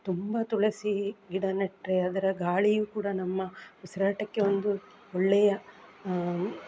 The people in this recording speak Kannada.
ತುಂಬ ತುಳಸಿ ಗಿಡ ನೆಟ್ಟರೆ ಅದರ ಗಾಳಿಯು ಕೂಡ ನಮ್ಮ ಉಸಿರಾಟಕ್ಕೆ ಒಂದು ಒಳ್ಳೆಯ